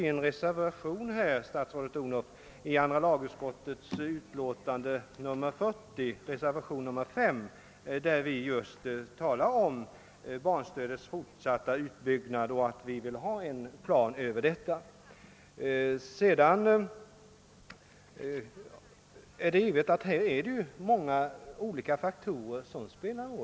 I reservationen 5 till andra lagutskottets utlåtande nr 40 talar vi om barnstödets fortsatta utbyggnad och säger att vi vill ha en plan över det. Här är det givetvis många olika faktorer som spelar in.